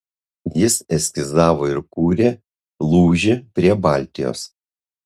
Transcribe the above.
jis eskizavo ir kūrė lūžį prie baltijos